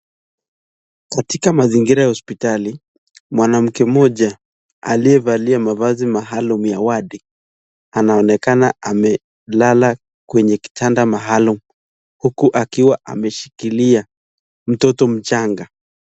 Katika mazingira ya hospitali, mwanamke mmoja alevalia mavazi maalum ya wadi anaonekana amelala kwenye kitanda huku akiwa ameshikilia mtoto mchanga.